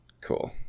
Cool